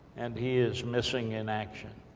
and he is missing in action.